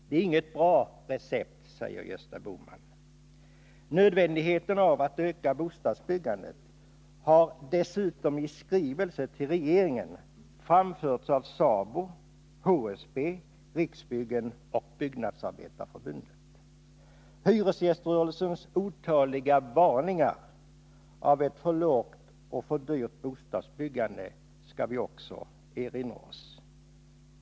Det är inget bra recept, säger Gösta Bohman. Att det är nödvändigt att öka bostadsbyggandet har dessutom i skrivelse till regeringen framhållits av Nr 118 SABO, HSB, Riksbyggen och Byggnadsarbetareförbundet. Hyresgäströrel Fredagen den sens otaliga varningar mot ett för lågt och för dyrt bostadsbyggande skall vi 10 april 1981 också erinra oss.